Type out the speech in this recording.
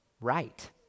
right